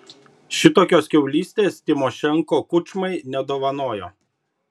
šitokios kiaulystės tymošenko kučmai nedovanojo